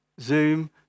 Zoom